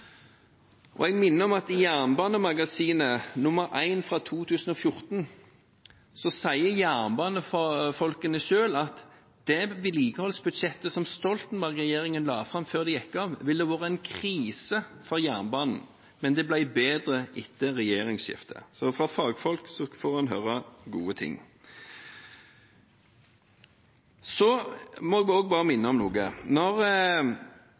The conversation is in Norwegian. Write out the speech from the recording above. Jeg minner om at i Jernbanemagasinet nr. 1 fra 2014 sier jernbanefolkene selv at det vedlikeholdsbudsjettet som Stoltenberg-regjeringen la fram før de gikk av, ville vært en krise for jernbanen, men det ble bedre etter regjeringsskiftet. Fra fagfolk får en høre gode ting. Jeg må også minne om noe.